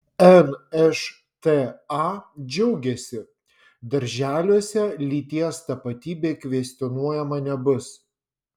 nšta džiaugiasi darželiuose lyties tapatybė kvestionuojama nebus